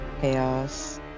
Chaos